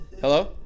Hello